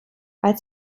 als